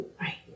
Right